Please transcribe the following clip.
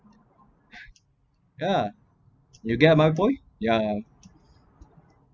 yeah you get my voice ya